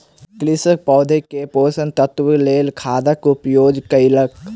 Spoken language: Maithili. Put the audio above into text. कृषक पौधा के पोषक तत्वक लेल खादक उपयोग कयलक